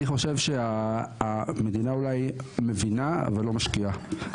אני חושב שהמדינה אולי מבינה אבל לא משקיעה,